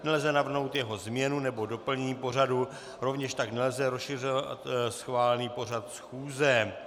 Nelze navrhnout jeho změnu nebo doplnění pořadu, rovněž tak nelze rozšiřovat schválený pořad schůze.